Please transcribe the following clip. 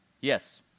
Yes